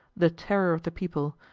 the terror of the people,